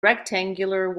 rectangular